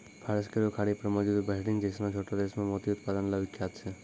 फारस केरो खाड़ी पर मौजूद बहरीन जैसनो छोटो देश मोती उत्पादन ल विख्यात छै